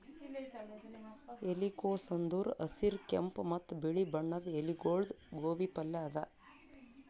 ಎಲಿಕೋಸ್ ಅಂದುರ್ ಹಸಿರ್, ಕೆಂಪ ಮತ್ತ ಬಿಳಿ ಬಣ್ಣದ ಎಲಿಗೊಳ್ದು ಗೋಬಿ ಪಲ್ಯ ಅದಾ